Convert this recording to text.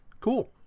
cool